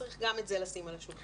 צריך גם את זה לשים על השולחן.